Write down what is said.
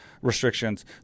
restrictions